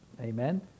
Amen